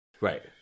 Right